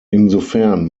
insofern